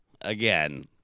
Again